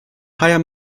higher